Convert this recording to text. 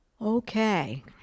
Okay